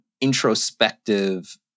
introspective